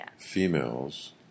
females